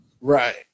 Right